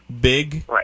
big